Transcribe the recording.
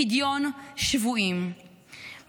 פדיון שבויים,